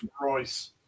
Royce